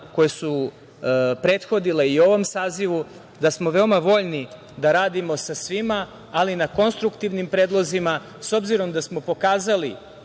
koje su prethodile i ovom sazivu, da smo veoma voljni da radimo sa svima, ali na konstruktivnim predlozima.S obzirom da smo pokazali